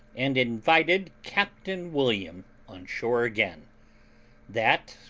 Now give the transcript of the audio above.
and invited captain william on shore again that,